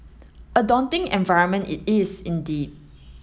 a daunting environment it is indeed